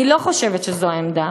אני לא חושבת שזו העמדה,